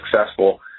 successful